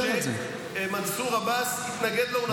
שמנסור עבאס התנגד לו.